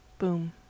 Boom